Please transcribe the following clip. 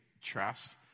trust